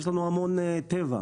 יש לנו המון טבע,